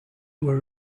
were